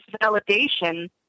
validation